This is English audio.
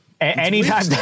anytime